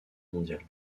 mondiale